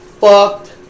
fucked